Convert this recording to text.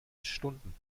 stunden